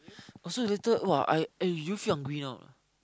also later !wah! I eh do you feel hungry now